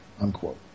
unquote